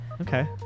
Okay